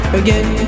again